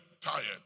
tired